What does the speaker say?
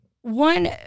one